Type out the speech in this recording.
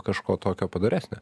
kažko tokio padoresnio